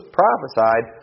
prophesied